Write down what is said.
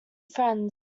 friends